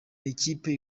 n’ikipe